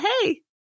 hey